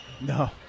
No